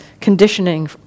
conditioning